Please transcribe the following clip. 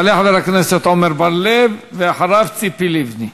יעלה חבר הכנסת עמר בר-לב, ואחריו, ציפי לבני.